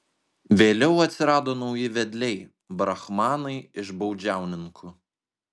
vėliau atsirado nauji vedliai brahmanai iš baudžiauninkų